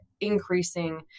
increasing